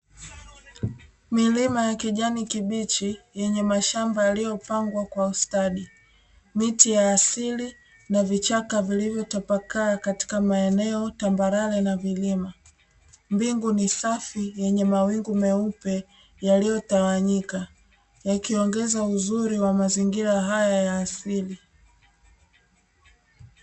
Milima ya kijani kibichi yenye mashamba yaliyopangwa kwa ustadi, miti ya asili na vichaka vilivyotapakaa katika maeneo tambarare na vilima, mbingu ni safi yenye mawingu meupe yaliyotawanyika yakiongeza uzuri wa mazingira haya ya asili.